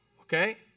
okay